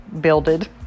builded